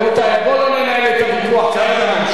רבותי, בואו לא ננהל את הוויכוח, האוצר זה הממשלה?